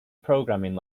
programming